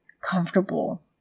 comfortable